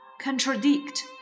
Contradict